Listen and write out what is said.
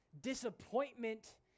disappointment